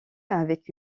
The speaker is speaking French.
avec